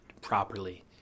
properly